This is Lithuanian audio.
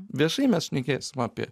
viešai mes šnekėsim apie